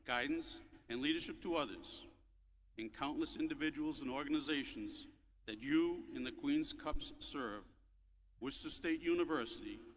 guidance and leadership to others in countless individuals in organisations that you in the queen's cups serve worcester state university.